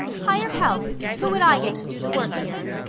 hire help! who would i get to do the work here?